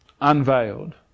Unveiled